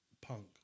Punk